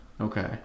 Okay